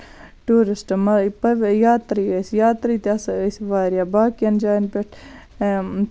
tourist یاترِی ٲسۍ یاترِی تہِ ہسا ٲسۍ واریاہ باقین جاین پٮ۪ٹھ اۭں